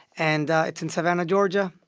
and it's in savannah, ga.